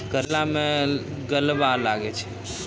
करेला मैं गलवा लागे छ?